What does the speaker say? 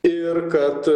ir kad